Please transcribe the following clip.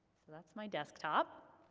so that's my desktop.